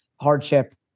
hardship